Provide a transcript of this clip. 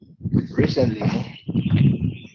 recently